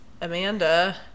amanda